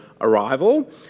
arrival